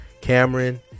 Cameron